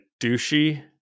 douchey